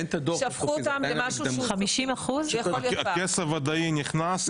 שהפכו אותם למשהו- -- הכסף וודאי נכנס,